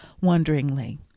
wonderingly